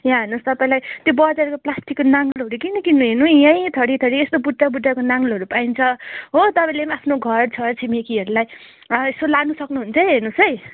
यहाँ हेर्नुहोस् तपाईँलाई त्यो बजारको प्लास्टिकको नाङ्लोहरू किन किन्नु हेर्नु यहीँ थरीथरी यस्तो बुट्टा बुट्टाको नाङ्लोहरू पाइन्छ हो तपाईँले पनि आफ्नो घर छरछिमेकीहरूलाई यसो लानु सक्नुहुन्छ है हेर्नुहोसै